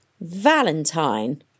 Valentine